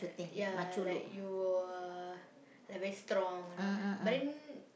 ya like you will like very strong you know but then